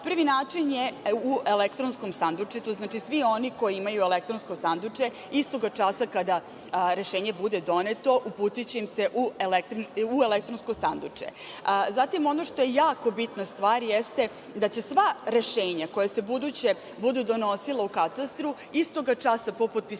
Prvi način je u elektronskom sandučetu. Znači, svi oni koji imaju elektronsko sanduče, istog časa kada rešenje bude doneto uputiće im se u elektronsko sanduče. Zatim, ono što je jako bitna stvar jeste da će sva rešenja koja se u buduće budu donosila u katastru istog časa po potpisivanju